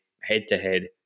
head-to-head